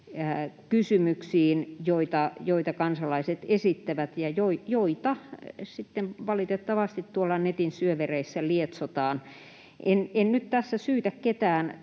kysymyksiin, joita kansalaiset esittävät ja joita valitettavasti netin syövereissä lietsotaan. En nyt tässä syytä ketään